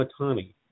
Matani